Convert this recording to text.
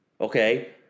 okay